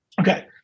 Okay